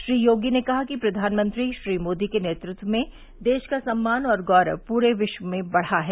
श्री योगी ने कहा कि प्रघानमंत्री श्री मोदी के नेतृत्व में देश का सम्मान और गौरव पूरे विश्व में बढ़ा है